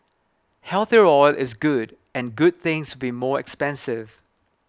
healthier oil is good and good things be more expensive